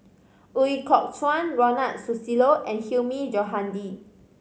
Ooi Kok Chuen Ronald Susilo and Hilmi Johandi